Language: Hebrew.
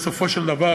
בסופו של דבר,